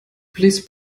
please